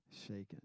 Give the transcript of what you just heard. shaken